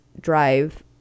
drive